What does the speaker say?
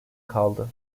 kaldı